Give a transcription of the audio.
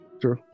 True